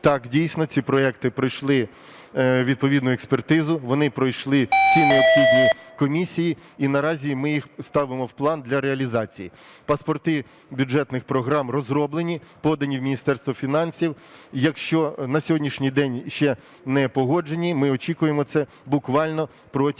Так, дійсно, ці проекти пройшли відповідну експертизу. Вони пройшли всі необхідні комісії. І наразі ми їх ставимо в план для реалізації. Паспорти бюджетних програм розроблені, подані в Міністерство фінансів. І якщо на сьогоднішній день ще не погоджені, ми очікуємо це буквально протягом